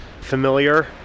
familiar